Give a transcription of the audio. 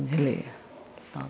बुझलिए तऽ